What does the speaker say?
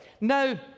Now